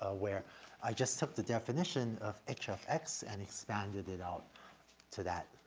ah where i just took the definition of h of x and expanded it out to that,